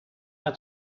het